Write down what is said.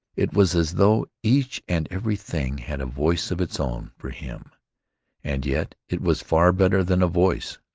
it was as though each and every thing had a voice of its own for him and yet it was far better than a voice,